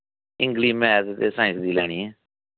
English math ते science दी लैनी ऐ